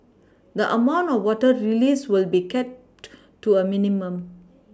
the amount of water released will be kept to a minimum